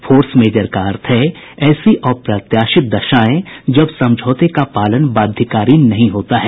force majeure का अर्थ है ऐसी अप्रत्याशित दशाएं जब समझौते का पालन बाध्यकारी नहीं होता है